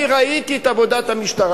אני ראיתי את עבודת המשטרה,